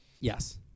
Yes